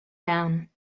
down